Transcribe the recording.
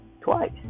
twice